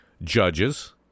judges